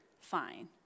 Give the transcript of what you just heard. fine